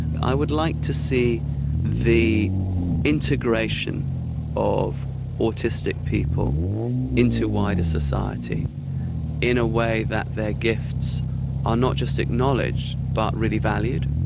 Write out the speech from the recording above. i would like to see the integration of autistic people into wider society in a way that their gifts are not just acknowledged but really valued,